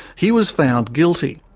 he was found guilty.